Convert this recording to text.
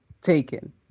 taken